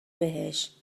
بهش